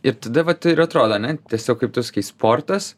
ir tada vat ir atrodo ane tiesiog kaip tu sakei sportas